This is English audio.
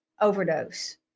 overdose